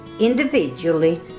individually